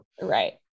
Right